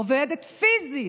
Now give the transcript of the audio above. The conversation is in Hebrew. עובדת פיזית,